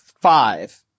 five